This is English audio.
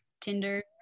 tinder